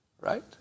right